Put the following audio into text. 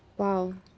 !wow!